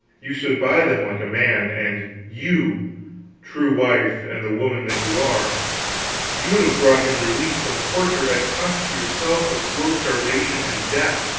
you stood by them like a man and you true wife and the woman that you are you would have bought him release from torture at cost to yourself of slow starvation and death